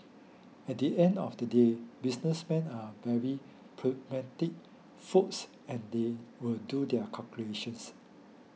at the end of the day businessmen are very pragmatic folks and they will do their calculations